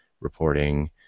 reporting